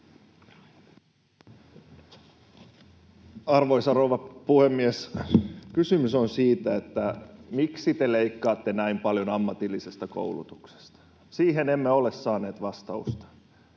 Arvoisa rouva puhemies! Kysymys on siitä, miksi te leikkaatte näin paljon ammatillisesta koulutuksesta. Siihen emme ole saaneet vastausta.